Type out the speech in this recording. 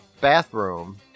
bathroom